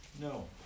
No